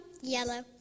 Yellow